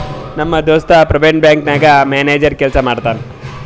ನಮ್ ದೋಸ್ತ private bank ನಾಗ್ ಮ್ಯಾನೇಜರ್ ಕೆಲ್ಸಾ ಮಾಡ್ತಾನ್